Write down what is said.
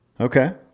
okay